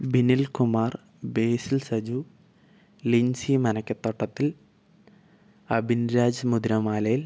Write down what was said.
Binil Kumar Basil Saju Lincy Manakkathottathil Abinraj Mudramalayil